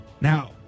Now